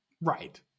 Right